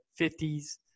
50s